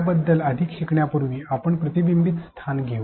त्याबद्दल अधिक शिकण्यापूर्वी आपण प्रतिबिंबीत स्थान घेऊ